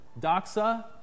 Doxa